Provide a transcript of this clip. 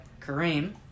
Kareem